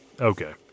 Okay